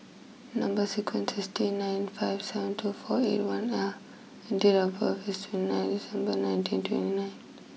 number sequence is T nine five seven two four eight one L and date of birth is twenty nine December nineteen twenty nine